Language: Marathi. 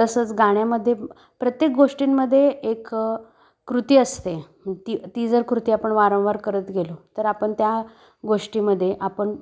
तसंच गाण्यामध्ये प्रत्येक गोष्टींमध्ये एक कृती असते ती ती जर कृती आपण वारंवार करत गेलो तर आपण त्या गोष्टीमध्ये आपण